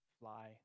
fly